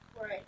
Right